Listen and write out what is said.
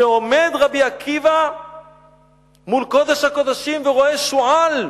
שעומד רבי עקיבא מול קודש הקודשים ורואה שועל,